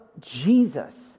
Jesus